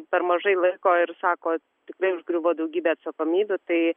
per mažai laiko ir sako tikrai užgriuvo daugybė atsakomybių tai